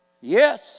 Yes